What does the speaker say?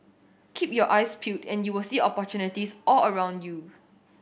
keep your eyes peeled and you will see opportunities all around you